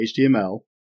html